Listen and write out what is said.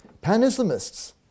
Pan-Islamists